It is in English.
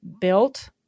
built